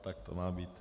Tak to má být.